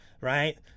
Right